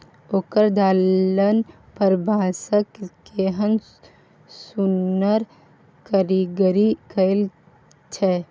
ओकर दलान पर बांसक केहन सुन्नर कारीगरी कएल छै